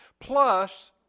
plus